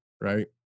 right